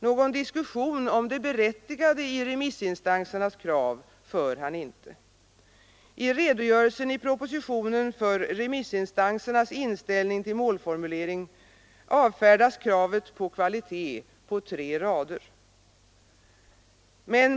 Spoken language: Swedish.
Någon diskussion om det berättigade i remissinstansernas krav för han inte. I redogörelsen i propositionen för remissinstansernas inställning till målformuleringen avfärdas kravet på kvalitet på tre rader.